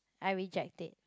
I reject it